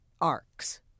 arcs